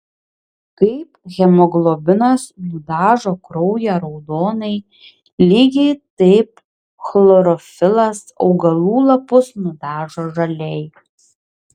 kaip hemoglobinas nudažo kraują raudonai lygiai taip chlorofilas augalų lapus nudažo žaliai